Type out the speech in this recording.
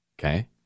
Okay